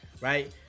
right